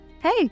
hey